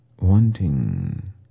wanting